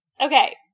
okay